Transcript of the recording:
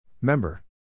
Member